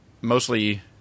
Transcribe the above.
mostly